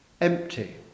empty